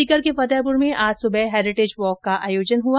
सीकर के फतेहपुर में आज सुबह हैरीटेज वॉक का आयोजन किया गया